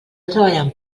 treballant